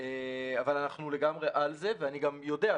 אבל אנחנו לגמרי על זה ואני גם יודע,